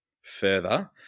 further